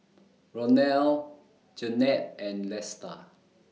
Ronal Jennette and Lesta